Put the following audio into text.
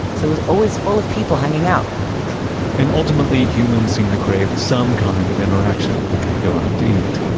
so it was always full of people hanging out and ultimately, humans seem to crave some kind of interaction when they go out to eat,